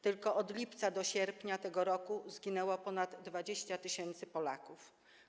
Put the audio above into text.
Tylko od lipca do sierpnia tego roku zginęło ponad 20 tys. Polaków.